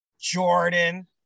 Jordan